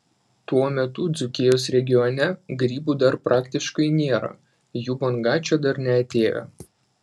tuo metu dzūkijos regione grybų dar praktiškai nėra jų banga čia dar neatėjo